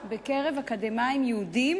בהשוואה ל-85.1% בקרב שאר האוכלוסייה היהודית.